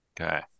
okay